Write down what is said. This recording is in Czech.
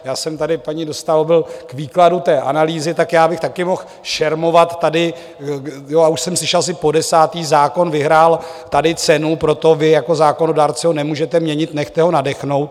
Já jsem tady paní Dostálovou byl k výkladu té analýzy tak já bych taky mohl šermovat tady, a už jsem slyšel asi podesáté, zákon vyhrál tady cenu, proto vy jako zákonodárci ho nemůžete měnit, nechte ho nadechnout.